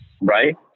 Right